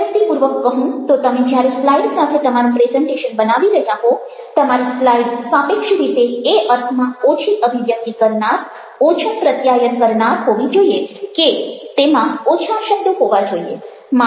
પ્રયુક્તિપૂર્વક કહું તો તમે જ્યારે સ્લાઈડ સાથે તમારું પ્રેઝન્ટેશન બનાવી રહ્યા હો તમારી સ્લાઈડ સાપેક્ષ રીતે એ અર્થમાં ઓછી અભિવ્યક્તિ કરનાર ઓછું પ્રત્યાયન કરનાર હોવી જોઇએ કે તેમાં ઓછા શબ્દો હોવા જોઈએ